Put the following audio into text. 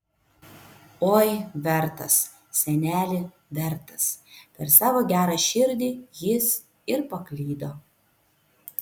oi vertas seneli vertas per savo gerą širdį jis ir paklydo